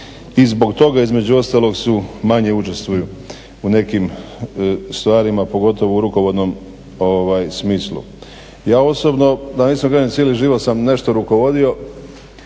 i zbog toga između ostalog manje učestvuju u nekim stvarima, pogotovo u rukovodnom smislu. Ja osobno kažem cijeli život sam nešto rukovodio,